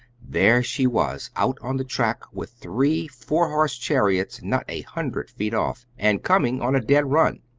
there she was out on the track, with three four-horse chariots not a hundred feet off, and coming on a dead run.